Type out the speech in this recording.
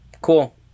Cool